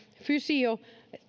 fysio